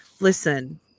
Listen